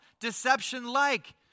Deception-like